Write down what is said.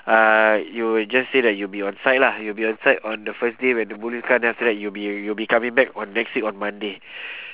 uh you just say that you'll be on-site lah you'll be on-site on the first day when the boom lift come then after that you'll be you'll be coming back on next week on monday